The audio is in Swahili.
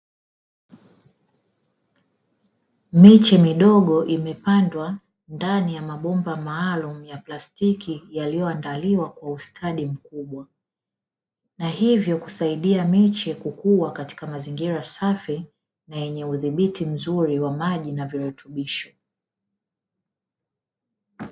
Miche midogo imepandwa ndani ya mabomba maalumu ya plastiki yaliyoandaliwa kwa ustadi mkubwa, na hivyo kusaidia miche kukua katika mazingira safi na yenye udhibiti mzuri wa maji na virutubisho.